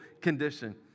condition